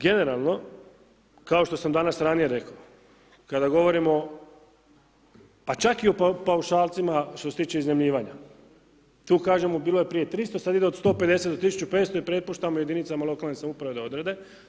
Generalno, kao što sam danas ranije rekao, kada govorimo pa čak i o paušalcima što se tiče iznajmljivanja, tu kažemo bilo je prije 300 sad ide od 150-1500 i prepuštamo jedinice lokalne samouprave da odrede.